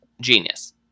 genius